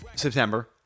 September